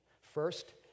First